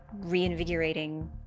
reinvigorating